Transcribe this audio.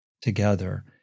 together